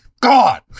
God